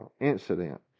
incident